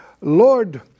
Lord